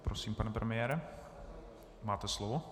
Prosím, pane premiére, máte slovo.